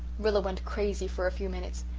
rilla went crazy for a few minutes.